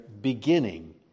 beginning